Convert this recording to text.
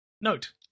Note